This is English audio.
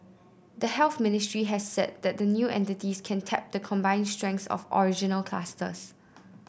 the Health Ministry has said that the new entities can tap the combined strengths of the original clusters